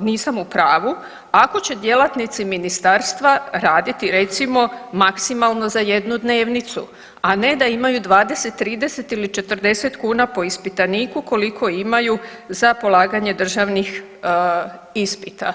nisam u pravu ako će djelatnici ministarstva raditi recimo maksimalno za jednu dnevnicu, a ne da imaju 20, 30 ili 40 kuna po ispitaniku koliko imaju za polaganje državnih ispita.